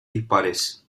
dispares